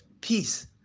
peace